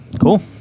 cool